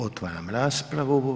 Otvaram raspravu.